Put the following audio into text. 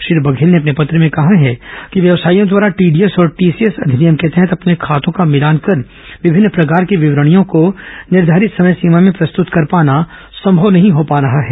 श्री बघेल ने अपने पत्र में कहा है कि व्यवसायियों द्वारा टीडीएस और टीसीएस अधिनियम के तहत अपने खातों का भिलान कर विभिन्न प्रकार की विवरणियों को निर्धारित समय सीमा में प्रस्तूत कर पाना संभव नहीं हो पा रहा है